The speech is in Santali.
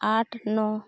ᱟᱴ ᱱᱚ